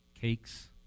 cakes